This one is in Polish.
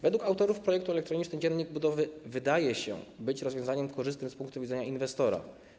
Według autorów projektu elektroniczny dziennik budowy wydaje się rozwiązaniem korzystnym z punktu widzenia inwestora.